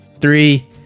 three